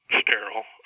sterile